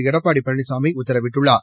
எடப்பாடி பழனிசாமி உத்தரவிட்டுள்ளார்